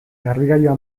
garbigailua